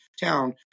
town